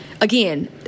Again